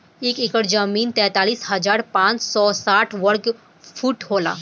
एक एकड़ जमीन तैंतालीस हजार पांच सौ साठ वर्ग फुट होला